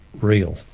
real